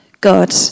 God